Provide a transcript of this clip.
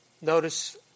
Notice